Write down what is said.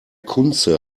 kunze